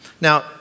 Now